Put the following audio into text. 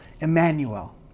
Emmanuel